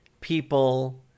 people